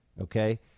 Okay